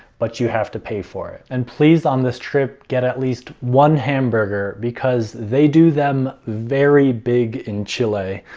but you have to pay for it. and, please, on this trip, get at least one hamburger because they do them very big in chile.